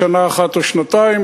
לשנה אחת או שנתיים,